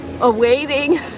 awaiting